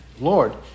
Lord